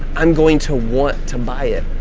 i'm going to want to buy it.